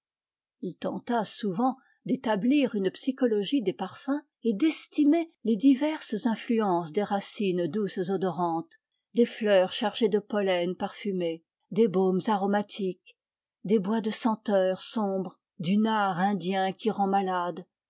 il tenta souvent d'établir une psychologie des parfums et d'estimer les diverses influences des racines douces odorantes des fleurs chargées de pollen parfumé des baumes aromatiques des bois de senteur sombres du nard indien qui rend malade